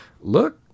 Look